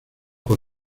por